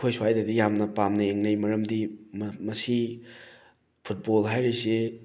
ꯑꯩꯈꯣꯏ ꯁ꯭ꯋꯥꯏꯗꯗꯤ ꯌꯥꯝꯅ ꯄꯥꯝꯅ ꯌꯦꯡꯅꯩ ꯃꯔꯝꯗꯤ ꯃꯁꯤ ꯐꯨꯠꯕꯣꯜ ꯍꯥꯏꯔꯤꯁꯤ